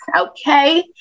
okay